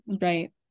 Right